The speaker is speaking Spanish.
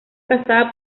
casada